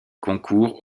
concourt